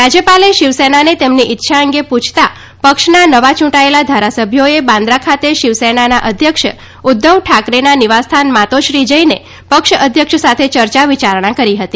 રાજ્યપાલે શિવસેનાને તેમની ઈચ્છા અંગે પૂછતા પક્ષના નવા ચૂંટાયેલા ધારાસભ્યોએ બાંદ્રા ખાતે શિવસેનાના અધ્યક્ષ ઉધ્ધવ ઠાકરેના નિવાસસ્થાન માતોશ્રી જઈને પક્ષ અધ્યક્ષ સાથે ચર્ચા વિચારણા કરી હતી